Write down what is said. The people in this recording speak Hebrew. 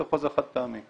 זה חוזה חד פעמי.